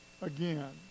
again